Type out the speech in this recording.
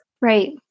right